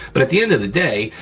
but at the end of the day,